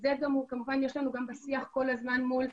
וזה גם כמובן יש לנו בשיח מול המשטרה,